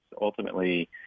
ultimately